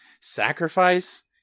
sacrifice